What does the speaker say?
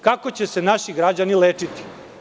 Kako će se naši građani lečiti?